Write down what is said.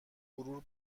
غرور